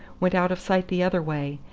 went out of sight the other way,